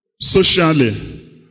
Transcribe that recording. socially